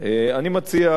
אני מציע,